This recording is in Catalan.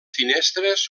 finestres